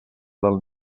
del